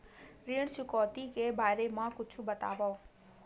ऋण चुकौती के बारे मा कुछु बतावव?